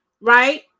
right